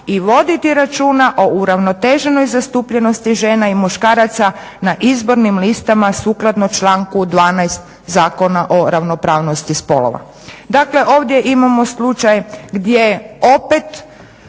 i voditi računa o uravnoteženoj zastupljenosti žena i muškaraca na izbornim listama sukladno članku 12. Zakona o ravnopravnosti spolova. Dakle ovdje imamo slučaj gdje opet